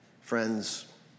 friends